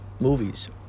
movies